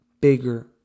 Bigger